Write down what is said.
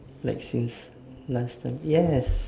lexus last time yes